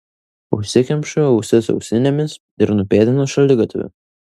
užsikemšu ausis ausinėmis ir nupėdinu šaligatviu